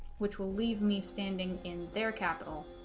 which will leave me standing in their capital